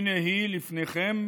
הינה היא לפניכם: